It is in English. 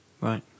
Right